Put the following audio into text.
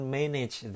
manage